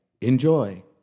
Enjoy